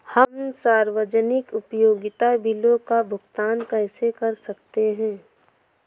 हम सार्वजनिक उपयोगिता बिलों का भुगतान कैसे कर सकते हैं?